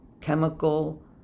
Chemical